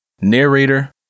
narrator